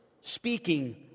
speaking